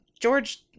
George